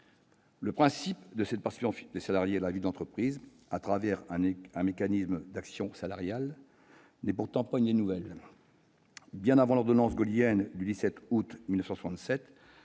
Le principe de cette participation des salariés à la vie de l'entreprise à travers un mécanisme d'actionnariat salarial n'est pourtant pas une idée nouvelle. Bien avant l'ordonnance gaullienne du 17 août 1967,